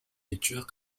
lecture